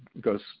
goes